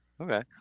Okay